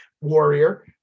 warrior